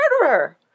Murderer